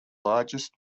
largest